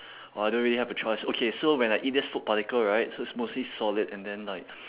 but I don't really have a choice okay so when I eat this food particle right so it's mostly solid and then like